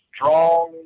strong